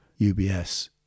UBS